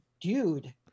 dude